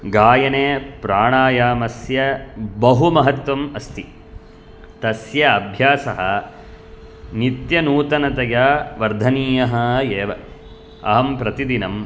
गायने प्राणायामस्य बहु महत्त्वम् अस्ति तस्य अभ्यासः नित्यनूतनतया वर्धनीयः एव अहं प्रतिदिनं